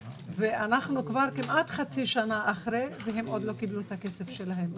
ואנחנו כמעט חצי שנה אחרי ועדיין לא קיבלו את הכסף שלהם.